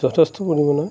যথেষ্ট পৰিমাণে